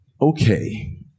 Okay